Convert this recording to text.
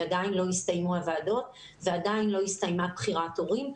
כי עדיין הסתיימו הוועדות ועדיין לא הסתיימה בחירת הורים,